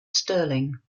sterling